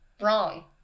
Wrong